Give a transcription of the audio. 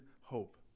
hope